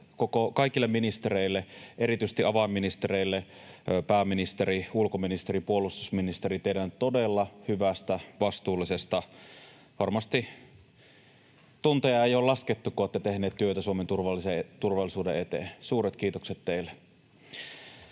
kaikille ministereille, erityisesti avainministereille — pääministeri, ulkoministeri, puolustusministeri — teidän todella hyvästä, vastuullisesta työstä. Varmasti tunteja ei ole laskettu, kun olette tehneet työtä Suomen turvallisuuden eteen. Suuret kiitokset teille.